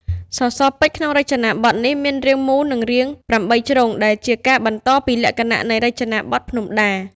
សសរពេជ្រក្នុងរចនាបថនេះមាន រាងមូល និងរាង ៨ជ្រុង ដែលជាការបន្តពីលក្ខណៈនៃរចនាបថភ្នំដា ។